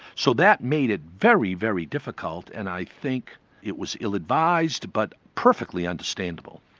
so that made it very, very difficult, and i think it was ill-advised, but perfectly understandable.